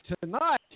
tonight